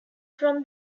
from